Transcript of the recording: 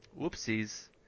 whoopsies